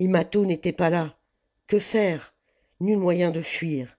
mâtho n'était pas là que faire nul moyen de fuir